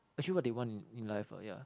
achieve what they want in in life ah yeah